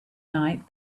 night